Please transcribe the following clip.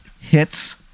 hits